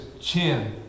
chin